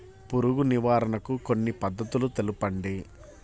పురుగు నివారణకు కొన్ని పద్ధతులు తెలుపండి?